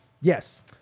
Yes